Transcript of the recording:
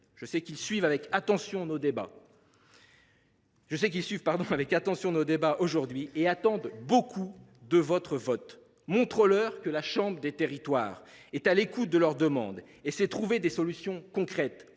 Je sais qu’ils suivent avec attention nos débats aujourd’hui et attendent beaucoup de votre vote. Montrons leur que la chambre des territoires est à l’écoute de leurs demandes et sait trouver des solutions concrètes,